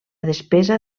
despesa